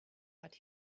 but